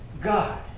God